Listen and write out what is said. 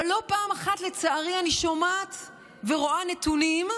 אבל לא פעם אחת, לצערי, אני שומעת ורואה נתונים,